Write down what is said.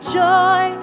joy